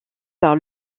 par